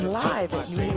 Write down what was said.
live